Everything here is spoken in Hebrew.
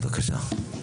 בבקשה.